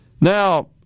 Now